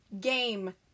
Game